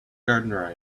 gardener